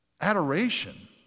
adoration